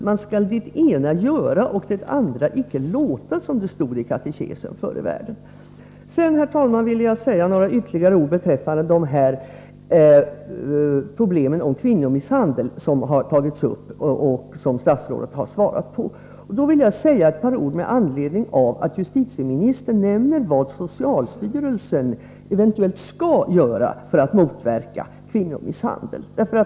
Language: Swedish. Man skall det ena göra och det andra icke låta, som vi fick lära oss i katekesen förr i världen. Härefter, herr talman, vill jag säga några ytterligare ord beträffande de frågor om kvinnomisshandel som statsrådet har svarat på. Justitieministern nämner vad socialstyrelsen eventuellt skall göra för att motverka kvinnomisshandel.